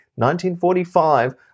1945